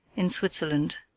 in switzerland,